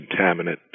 contaminant